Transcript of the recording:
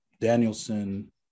Danielson